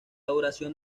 duración